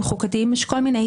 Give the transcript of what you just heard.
ואולם,